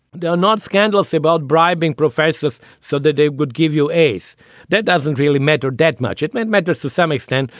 there are not scandals about bribing professors so that they would give you a's that doesn't really matter that much. it meant metrowest to some extent,